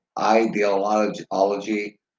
ideology